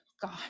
God